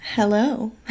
Hello